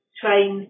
train